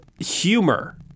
humor